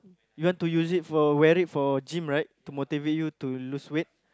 you want to use it for wear it for gym right to motivate you to lose weight